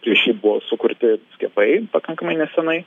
prieš jį buvo sukurti skiepai pakankamai nesenai